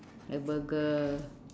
like burger